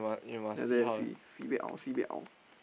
then after that I see sibei sibei